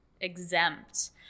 exempt